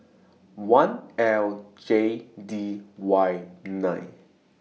one L J D Y nine